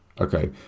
okay